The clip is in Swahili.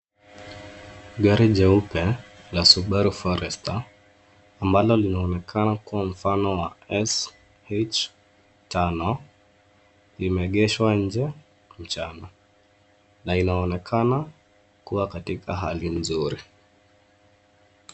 Gari jeupe la subaru forester ambalo linaonekana kuwa mfano wa SH5 limeegeshwa nje mchana na inaonekana kuwa katika hali nzuri.